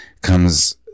comes